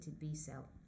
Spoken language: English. B-cell